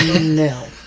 No